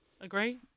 agree